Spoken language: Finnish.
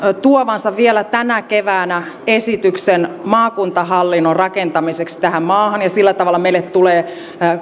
tuovansa vielä tänä keväänä esityksen maakuntahallinnon rakentamisesta tähän maahan ja sillä tavalla meille tulee